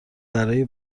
برای